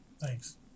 Thanks